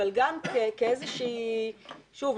אבל גם כאיזה שהיא שוב,